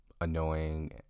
annoying